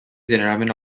generalment